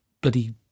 bloody